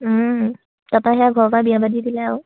তাপাই সেয়া ঘৰৰ পৰা বিয়া পাতি দিলে আৰু